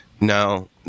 No